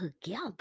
together